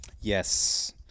Yes